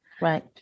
Right